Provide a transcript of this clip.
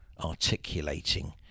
articulating